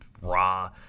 Raw